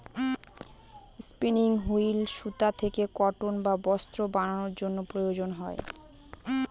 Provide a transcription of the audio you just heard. spinning wheel সুতা থেকে cotton বা বস্ত্র বানানোর জন্য প্রয়োজন হয়